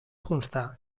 constar